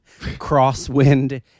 crosswind